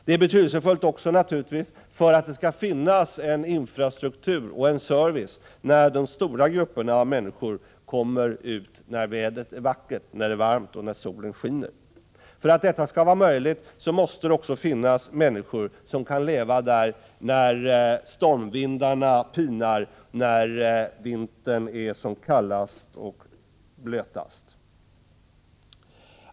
Det är självfallet också väsentligt att det finns en infrastruktur och service då de stora grupperna av människor kommer ut, när vädret är vackert, när det är varmt och solen skiner. För att detta skall vara möjligt måste människor kunna leva i skärgården också när stormvindarna pinar och vintern är som kallast och blötast.